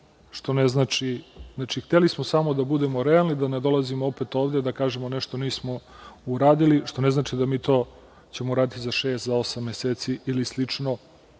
što ne znači, a hteli smo da samo budemo realni, da ne dolazimo opet ovde i da kažemo da nešto nismo uradili, što ne znači da mi to nećemo uraditi za šest, osam meseci, u čemu